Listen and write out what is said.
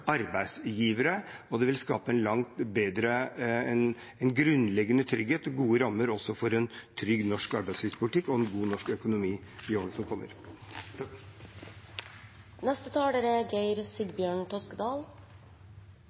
arbeidsgivere, og det vil skape en grunnleggende trygghet og gode rammer også for en trygg norsk arbeidslivspolitikk og en god norsk økonomi i årene som kommer. Kristelig Folkeparti er